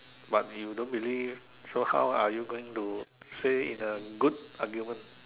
but you don't believe so how are you going to say in a good argument